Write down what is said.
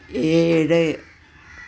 ഏഴ്